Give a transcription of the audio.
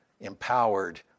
empowered